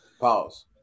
Pause